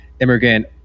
immigrant